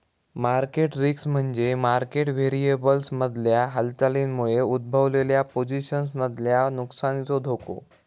market risk म्हणजे market व्हेरिएबल्समधल्या हालचालींमुळे उद्भवलेल्या पोझिशन्समधल्या नुकसानीचो धोको